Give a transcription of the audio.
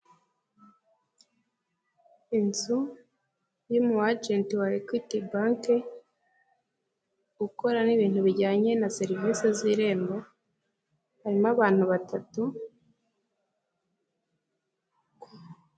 Inzu y'umu ajenti wa Ekwiti banki, ukora n'ibintu bijyanye na serivisi z' irembo, harimo abantu batatu.